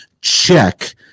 check